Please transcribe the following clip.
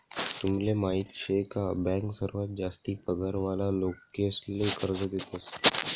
तुमले माहीत शे का बँक सर्वात जास्ती पगार वाला लोकेसले कर्ज देतस